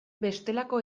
bestelako